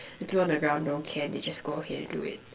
the people on the ground don't care they just go ahead and do it